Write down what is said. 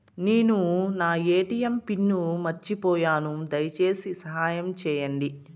నేను నా ATM pin మర్చిపోయాను, దయచేసి సహాయం చేయండి